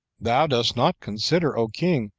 thou dost not consider, o king!